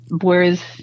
Whereas